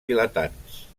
vilatans